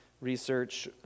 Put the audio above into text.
research